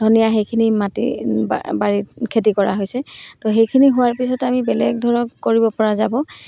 ধনিয়া সেইখিনি মাটি বাৰীত খেতি কৰা হৈছে তো সেইখিনি হোৱাৰ পিছত আমি বেলেগ ধৰক কৰিব পৰা যাব